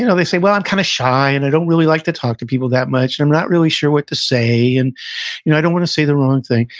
you know they say, well, i'm kind of shy, and i don't really like to talk to people that much. and i'm not really sure what to say, and you know i don't want to say the wrong thing.